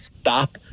stop